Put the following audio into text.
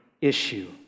issue